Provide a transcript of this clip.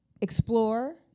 explore